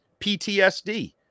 PTSD